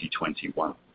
2021